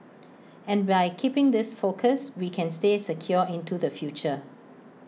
and by keeping this focus we can stay secure into the future